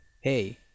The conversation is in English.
hey